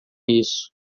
isso